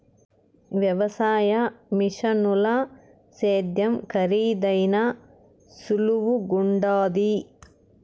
వ్యవసాయ మిషనుల సేద్యం కరీదైనా సులువుగుండాది